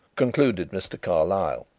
concluded mr. carlyle,